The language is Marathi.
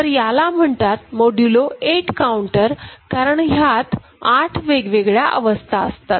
तरी याला म्हणतात मोदूलो 8 काउंटर कारण ह्यात 8 वेगवेगळ्या अवस्था असतात